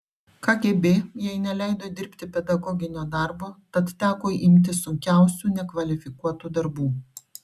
kgb jai neleido dirbti pedagoginio darbo tad teko imtis sunkiausių nekvalifikuotų darbų